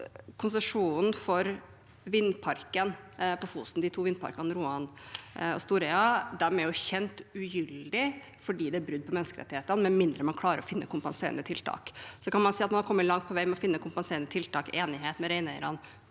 Konsesjonene for de to vindparkene Roan og Storheia på Fosen er jo kjent ugyldige fordi det er brudd på menneskerettighetene med mindre man klarer å finne kompenserende tiltak. Så kan man si at man har kommet langt på vei med å finne kompenserende tiltak og enighet med reineierne